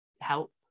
help